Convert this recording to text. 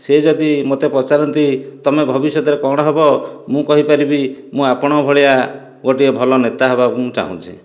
ସେ ଯଦି ମୋତେ ପଚାରନ୍ତି ତୁମେ ଭବିଷ୍ୟତରେ କଣ ହେବ ମୁଁ କହିପାରିବି ମୁଁ ଆପଣଙ୍କ ଭଳିଆ ଗୋଟିଏ ଭଲ ନେତା ହେବାକୁ ମୁଁ ଚାହୁଁଛି